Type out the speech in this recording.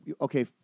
okay